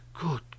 good